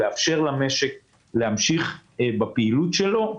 לאפשר למשק להמשיך בפעילות שלו,